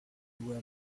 were